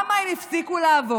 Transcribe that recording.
יא חתיכת, למה הם הפסיקו לעבוד?